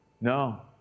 No